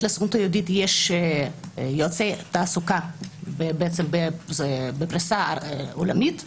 אז לסוכנות היהודית יש יועצי תעסוקה בפריסה עולמית,